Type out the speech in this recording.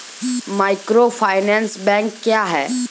Microfinance bank क्या हैं?